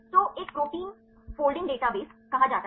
तो एक को प्रोटीन फोल्डिंग डेटाबेस कहा जाता है